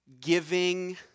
giving